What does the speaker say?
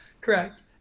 Correct